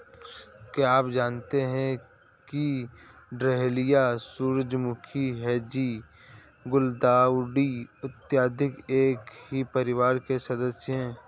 क्या आप जानते हैं कि डहेलिया, सूरजमुखी, डेजी, गुलदाउदी इत्यादि एक ही परिवार के सदस्य हैं